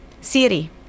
Siri